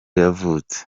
yavutse